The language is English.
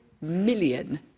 million